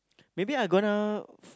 maybe I gonna